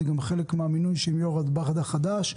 זה גם חלק מהמינוי של יושב-ראש הרלב"ד החדש.